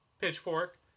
pitchfork